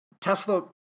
Tesla